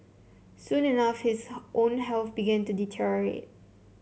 soon enough his own health began to deteriorate